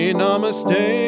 namaste